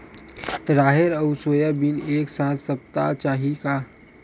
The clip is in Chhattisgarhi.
राहेर अउ सोयाबीन एक साथ सप्ता चाही का?